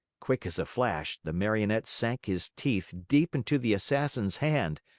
quick as a flash, the marionette sank his teeth deep into the assassin's hand,